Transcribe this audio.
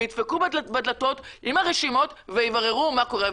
וידפקו בדלתות עם הרשימות ויבררו מה קורה.